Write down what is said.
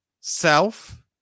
self